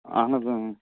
اَہَن حظ